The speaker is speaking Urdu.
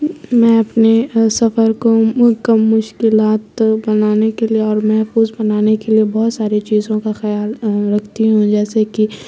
میں اپنے سفر کو کم مشکلات بنانے کے لیے اور محفوظ بنانے کے لیے بہت ساری چیزوں کا خیال رکھتی ہوں جیسے کہ